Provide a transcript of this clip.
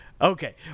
Okay